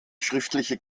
schriftliche